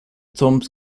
temps